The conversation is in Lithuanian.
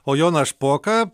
o joną špoką